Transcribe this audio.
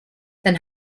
then